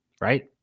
right